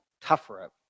tougher